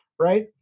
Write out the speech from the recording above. Right